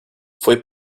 foi